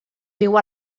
viu